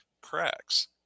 cracks